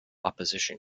opposition